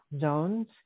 zones